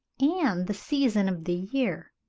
and the season of the year.